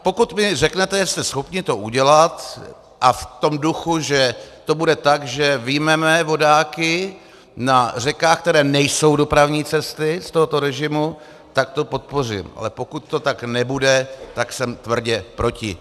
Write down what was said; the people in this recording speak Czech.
Pokud mi řeknete, že jste schopni to udělat, a v tom duchu, že to bude tak, že vyjmeme vodáky na řekách, které nejsou dopravní cesty, z tohoto režimu, tak to podpořím, ale pokud to tak nebude, tak jsem tvrdě proti.